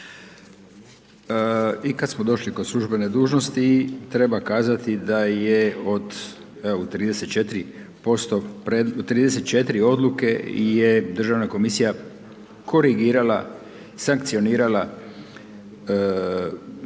I kad smo došli kod službene dužnosti, treba kazati da je od evo u 34% u 34 odluke je državna komisija korigirala, sankcionirala